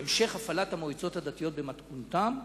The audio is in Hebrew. המשך הפעלת המועצות הדתיות במתכונתן.